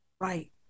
Right